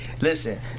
listen